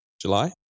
July